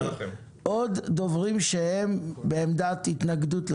עוד דוברים שהם בעמדת התנגדות לחוק?